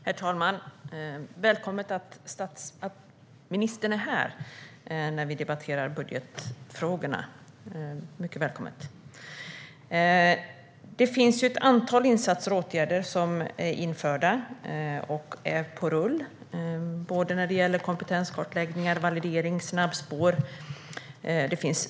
Herr talman! Det är välkommet att ministern är här när vi debatterar budgetfrågorna. Ett antal insatser och åtgärder är vidtagna och på rull. Det finns kompetenskartläggning, validering och snabbspår.